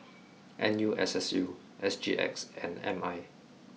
N U S S U S G X and M I